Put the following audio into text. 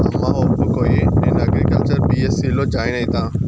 అమ్మా ఒప్పుకోయే, నేను అగ్రికల్చర్ బీ.ఎస్.సీ లో జాయిన్ అయితా